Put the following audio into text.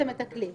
לכם את הכלי,